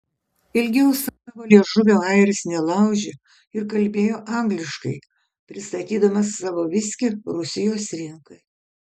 ilgiau savo liežuvio airis nelaužė ir kalbėjo angliškai pristatydamas savo viskį rusijos rinkai